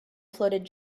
floated